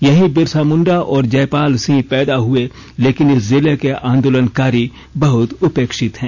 यहीं बिरसा मुंडा और जयपाल सिंह पैदा हुए लेकिन इस जिले के आंदोलनकारी बहुत उपेक्षित हैं